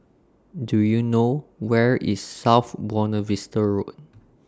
Do YOU know Where IS South Buona Vista Road